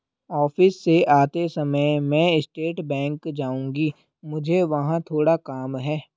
office से आते समय मैं स्टेट बैंक जाऊँगी, मुझे वहाँ थोड़ा काम है